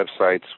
websites